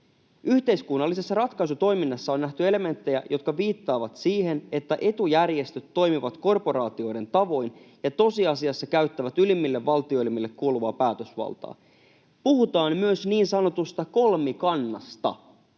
Yhteiskunnallisessa ratkaisutoiminnassa on nähty elementtejä, jotka viittaavat siihen, että etujärjestöt toimivat korporaatioiden tavoin ja tosiasiassa käyttävät ylimmille valtioelimille kuuluvaa päätösvaltaa. Puhutaan myös niin sanotusta kolmikannasta.”